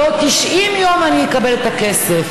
בעוד 90 יום אני אקבל את הכסף.